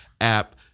app